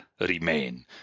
remain